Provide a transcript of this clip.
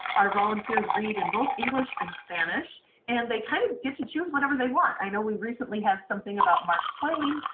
our volunteers read in both english and spanish and they kinda kind of get to choose whatever they want. i know we recently had something about mark twain.